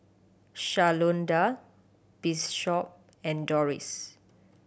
Shalonda Bishop and Dorris